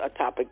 atopic